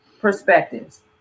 perspectives